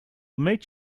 meet